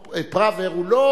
שדוח-פראוור הוא לא